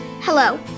Hello